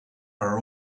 are